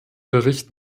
bericht